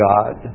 God